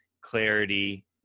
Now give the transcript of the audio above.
clarity